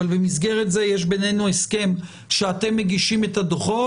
אבל במסגרת זה יש בינינו הסכם שאתם מגישים את הדוחות